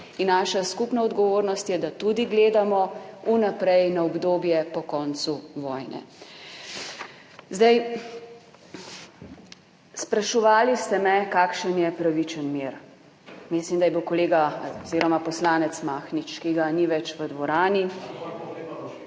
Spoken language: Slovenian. in naša skupna odgovornost je, da tudi gledamo vnaprej na obdobje po koncu vojne. Zdaj, spraševali ste me, kakšen je pravičen mir. Mislim, da je bil kolega oziroma poslanec Mahnič, ki ga ni več v dvorani …/ nemir